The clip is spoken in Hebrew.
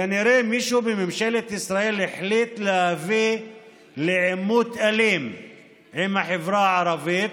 כנראה מישהו בממשלת ישראל החליט להביא לעימות אלים עם החברה הערבית.